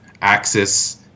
access